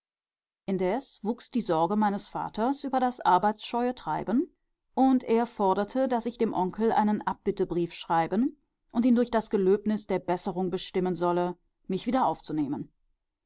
indes wuchs die sorge meines vaters über das arbeitsscheue treiben und er forderte daß ich dem onkel einen abbittebrief schreiben und ihn durch das gelöbnis der besserung bestimmen solle mich wieder aufzunehmen